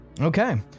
Okay